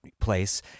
place